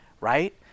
Right